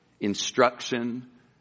instruction